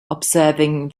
observing